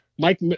Mike